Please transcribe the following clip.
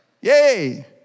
Yay